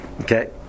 Okay